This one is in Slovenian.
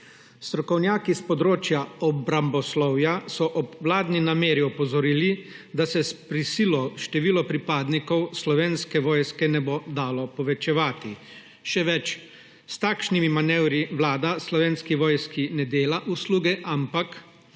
Strokovnjaki s področja obramboslovja so ob vladni nameri opozorili, da se s prisilo števila pripadnikov Slovenske vojske ne bo dalo povečevati. Še več, s takšnimi manevri Vlada Slovenski vojski ne dela usluge, ampak